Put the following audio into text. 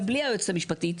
גם בלי היועצת המשפטית.